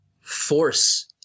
force